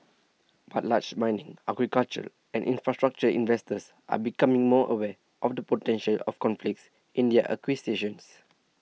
but large mining agricultural and infrastructure investors are becoming more aware of the potential of conflicts in their acquisitions